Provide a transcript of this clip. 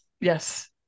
Yes